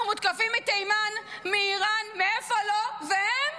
אנחנו מותקפים מתימן, מאיראן, מאיפה לא, והם